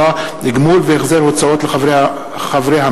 10) (גמול והחזר הוצאות לחברי המליאה),